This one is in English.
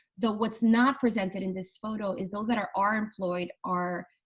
though what's not presented in this photo is those that are are employed are?